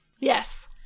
Yes